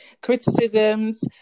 Criticisms